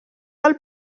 del